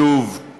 שוב,